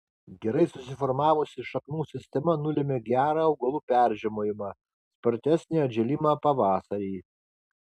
gerai susiformavusi šaknų sistema nulemia gerą augalų peržiemojimą spartesnį atžėlimą pavasarį